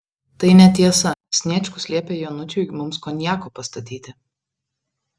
tai netiesa sniečkus liepė januičiui mums konjako pastatyti